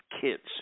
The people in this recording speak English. kids